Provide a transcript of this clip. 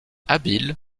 habile